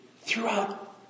throughout